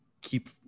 keep